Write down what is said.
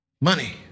Money